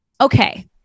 Okay